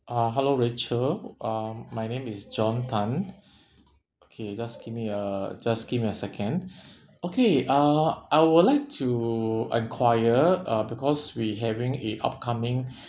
uh hello rachel um my name is john tan okay just give me a just give me a second okay uh I would like to enquire uh because we having a upcoming